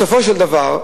בסופו של דבר,